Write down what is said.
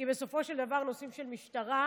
כי בסופו של דבר נושאים של משטרה,